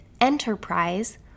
enterprise